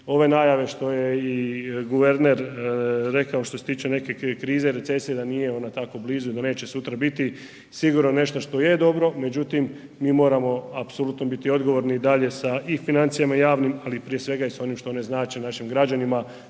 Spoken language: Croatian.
ove najave što je i guverner rekao što se tiče neke krize, recesije da nije ona tako blizu, da neće sutra biti sigurno što je dobro međutim mi moramo apsolutno biti odgovorni i dalje sa i financijama javnim ali prije svega i sa onim što one znače našim građanima